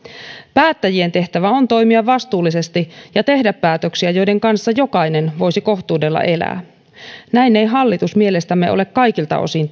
päättäjien tehtävä on toimia vastuullisesti ja tehdä päätöksiä joiden kanssa jokainen voisi kohtuudella elää näin ei hallitus mielestämme ole kaikilta osin